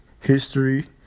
history